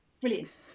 Brilliant